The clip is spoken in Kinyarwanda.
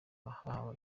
bahawe